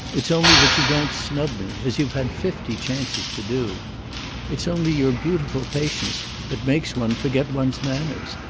it's only that you don't snub me, as you've had fifty chances to do it's only your beautiful patience that makes one forget one's manners.